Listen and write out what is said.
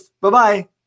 Bye-bye